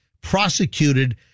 prosecuted